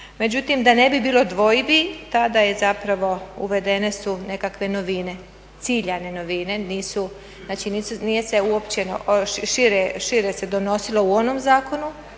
Međutim, da ne bi bilo dvojbi tada je zapravo uvedene su nekakve novine, ciljane novine, nije se uopće, šire se donosilo u onom zakonu